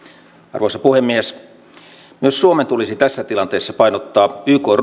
arvoisa puhemies myös suomen tulisi tässä tilanteessa painottaa ykn